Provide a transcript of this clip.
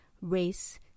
race